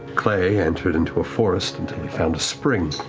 clay entered into a forest until he found a spring